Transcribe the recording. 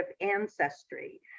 ancestry